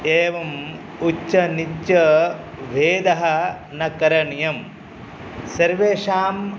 एवम् उच्चनीचभेदः न करणीयं सर्वेषां